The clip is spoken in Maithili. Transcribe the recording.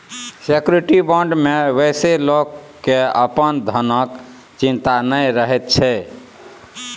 श्योरिटी बॉण्ड मे बेसी लोक केँ अपन धनक चिंता नहि रहैत छै